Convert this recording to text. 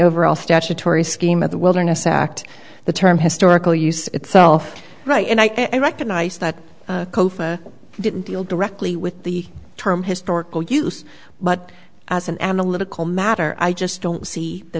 overall statutory scheme of the wilderness act the term historical use itself right and i recognize that i didn't deal directly with the term historical use but as an analytical matter i just don't see the